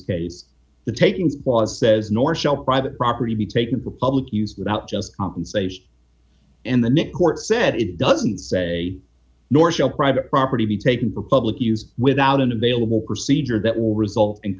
case the takings clause says nor private property be taken for public use without just compensation and the mc court said it doesn't say nor shall private property be taken for public use without an available procedure that will result in